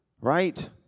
Right